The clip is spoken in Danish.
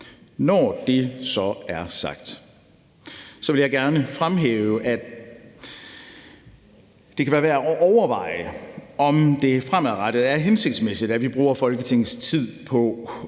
Når det så er sagt, vil jeg gerne fremhæve, at det kan være værd overveje, om det fremadrettet er hensigtsmæssigt, at vi bruger Folketingets tid på at